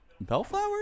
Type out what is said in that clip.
Bellflower